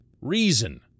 reason